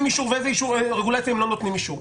אישור ולאיזה רגולציה הם לא נותנים אישור.